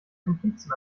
komplizen